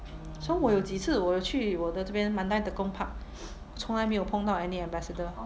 so 我有几次我有去我的这边 mandai tekong park 从来没有碰到 any ambassador